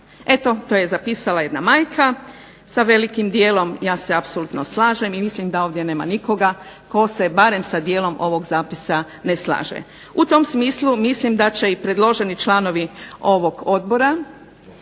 Eto to je zapisala jedna majka, sa velikim dijelom ja se apsolutno slažem i vjerujem da ovdje nema nikoga tko se barem sa dijelom ovog zapisa ne slaže. U tom smislu mislim da će predloženi članovi ovog Odbora